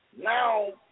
now